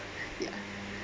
ya